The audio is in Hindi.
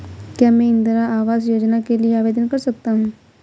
क्या मैं इंदिरा आवास योजना के लिए आवेदन कर सकता हूँ?